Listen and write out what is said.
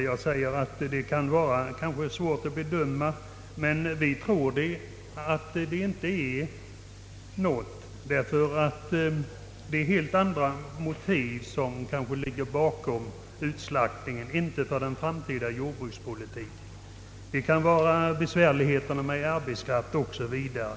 Jag vill säga att det kanske kan vara svårt att bedöma det, men vi tror inte att så är fallet, eftersom helt andra motiv kan ligga bakom utslaktningen, och vi tror inte att detta beror på den framtida jordbrukspolitiken. Det kan här gälla besvärligheter att få arbetskraft o.s.v.